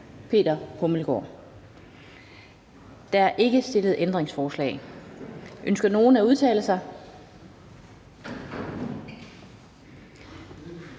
(Annette Lind): Der er ikke stillet ændringsforslag. Ønsker nogen at udtale sig?